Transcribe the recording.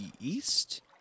east